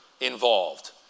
involved